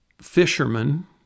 fisherman